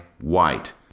White